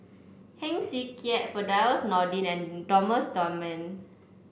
Heng Swee Keat Firdaus Nordin and Thomas Dunman